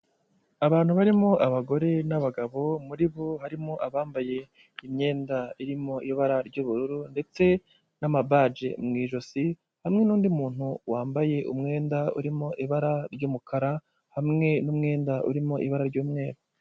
Abantu barimo abagore n'abagabo muri bo harimo abambaye imyenda irimo ibara ry'ubururu ndetse n'amabaji mu ijosi, hamwe n'undi muntu wambaye umwenda urimo ibara ry'umukara hamwe n'umwenda urimo ibara ry'umweru.